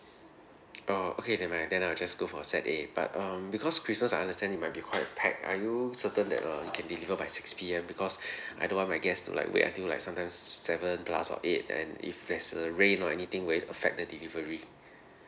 oh okay nevermind then I'll just go for set A but um because christmas I understand it might be quite packed are you certain that uh you can deliver by six P_M because I don't want my guests to like wait until like sometimes seven plus or eight and if there's uh rain or anything will it affect the delivery